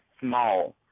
small